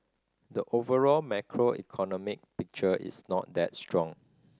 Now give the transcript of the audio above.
the overall macroeconomic picture is not that strong